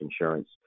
insurance